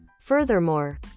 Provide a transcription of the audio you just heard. Furthermore